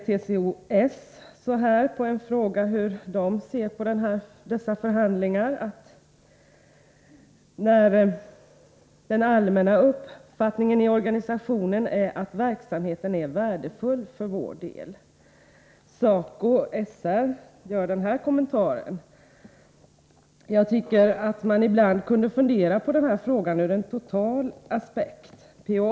TCO-S säger på frågan hur man ser på dessa förhandlingar: ”Den allmänna uppfattningen i organisationen är att verksamheten är värdefull för vår del.” SACOJ/SR gör följande kommentar: ”Jag tycker att man ibland kunde fundera på den här frågan ur en total aspekt. P.-O.